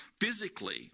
physically